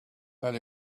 that